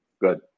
good